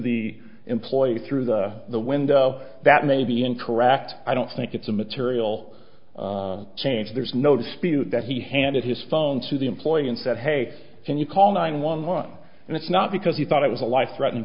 the employee through the window that may be incorrect i don't think it's a material change there's no dispute that he handed his phone to the employee and said hey can you call nine one one and it's not because he thought it was a life threatening